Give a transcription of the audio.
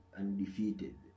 undefeated